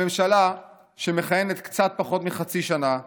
הממשלה, שמכהנת קצת פחות מחצי שנה,